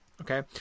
Okay